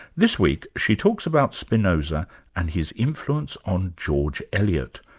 this week, she talks about spinoza and his influence on george eliot,